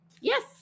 Yes